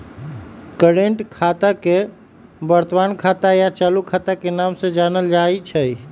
current खाता के वर्तमान खाता या चालू खाता के नाम से जानल जाई छई